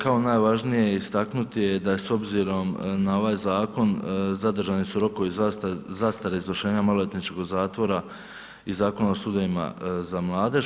Kao najvažnije je istaknuti je da je s obzirom na ovaj zakon zadržani su rokovi zastare izvršenja maloljetničkog zatvora iz Zakona o sudovima za mladež.